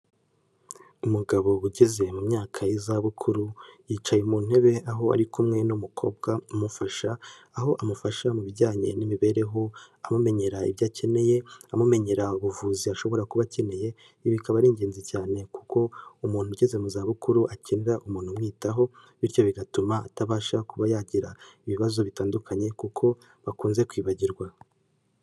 Umugabo ugeze mu myaka y'izabukuru, yicaye mu ntebe aho ari kumwe n'umukobwa umufasha, aho amufasha mu bijyanye n'imibereho, amumenyera ibyo akeneye, amumenyera ubuvuzi ashobora kuba akeneye, ibi bikaba ari ingenzi cyane kuko umuntu ugeze mu zabukuru akenera umuntu umwitaho, bityo bigatuma atabasha kuba yagira ibibazo bitandukanye kuko bakunze kwibagirwa.